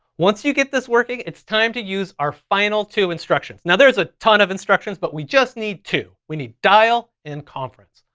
once you get this working, it's time to use our final two instructions. now there's a ton of instructions, but we just need two. we need dial and conference.